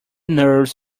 nerves